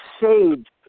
saved